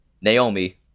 Naomi